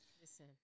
Listen